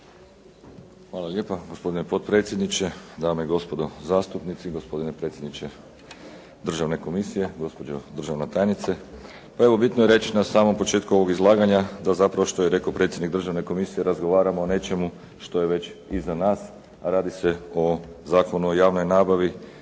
Hvala lijepa gospodine potpredsjedniče, dame i gospodo zastupnici, gospodine predsjedniče Državne komisije, gospođo državna tajnice. Pa evo, bitno je reći na samom početku ovog izlaganja da zapravo što je rekao predsjednik Državne komisije razgovarao o nečemu što je već iza nas, a radi se o Zakonu o javnoj nabavi